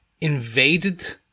invaded